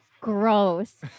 gross